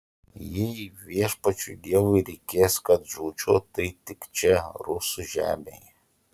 jei viešpačiui dievui reikės kad žūčiau tai tik čia rusų žemėje